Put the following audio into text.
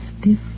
stiff